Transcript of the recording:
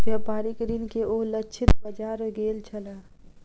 व्यापारिक ऋण के ओ लक्षित बाजार गेल छलाह